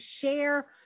share